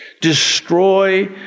destroy